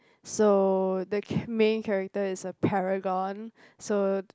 so the cha~ main character is a paragon